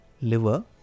liver